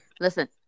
Listen